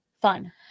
fun